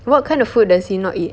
what kind of food does he not eat